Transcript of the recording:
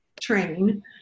train